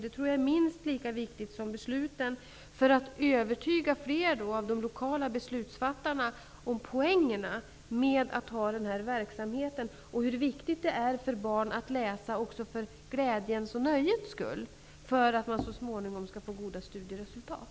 Det tror jag är minst lika viktigt som besluten för att övertyga fler av de lokala beslutsfattarna om poängen med att ha denna verksamhet. Det är viktigt för barn att läsa också för glädjens och nöjets skull för att de så småningom skall få goda studieresultat.